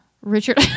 Richard